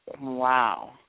Wow